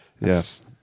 Yes